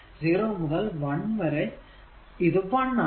0 മുതൽ 1 വരെ ഇത് 1 ആണ്